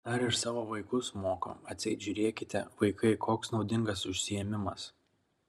dar ir savo vaikus moko atseit žiūrėkite vaikai koks naudingas užsiėmimas